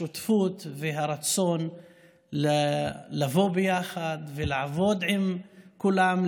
השותפות והרצון לבוא ביחד ולעבוד עם כולם,